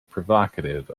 provocative